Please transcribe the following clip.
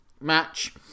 match